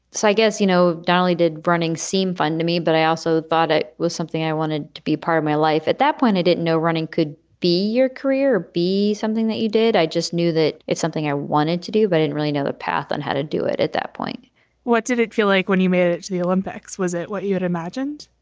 so i guess, you know, dolly did running seem fun to me, but i also thought it was something i wanted to be part of my life at that point. i didn't know running could be your career, be something that you did. i just knew that it's something i wanted to do. but it and really no other path on how to do it at that point what did it feel like when you made it to the olympics? was it what you had imagined?